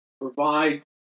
provide